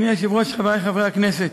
אדוני היושב-ראש, חברי חברי הכנסת,